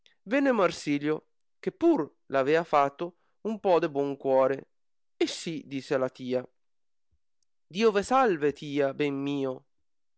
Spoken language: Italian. venne marsilio che pur l avea fato un può de buon cuore e sì disse a la tia dio ve salve tia ben mio